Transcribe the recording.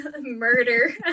murder